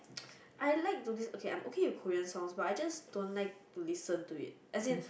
I like to lis~ okay I'm okay with Korean songs but I just don't like to listen to it as in